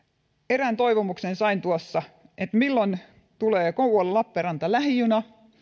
erään toivomuksen sain milloin tulee kouvola lappeenranta lähijuna